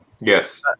Yes